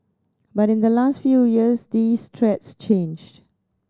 but in the last few years these threats changed